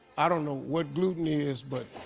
i don't know what gluten is, but